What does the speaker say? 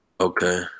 Okay